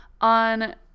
On